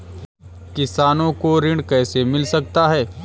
किसानों को ऋण कैसे मिल सकता है?